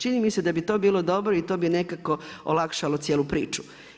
Čini mi se da bit to bilo dobro i to bi nekako olakšalo cijelu priču.